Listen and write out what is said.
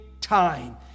time